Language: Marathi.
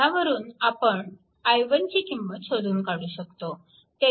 ह्यावरून आपण i1 ची किंमत शोधून काढू शकतो